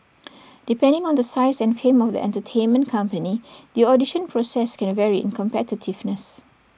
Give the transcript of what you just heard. depending on the size and fame of the entertainment company the audition process can vary in competitiveness